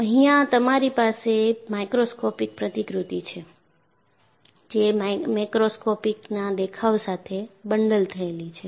અહીંયા તમારી પાસે માઇક્રોસ્કોપિક પ્રતિકૃતિ છે જે મેક્રોસ્કોપિકના દેખાવ સાથે બંડલ થયેલી છે